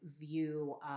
view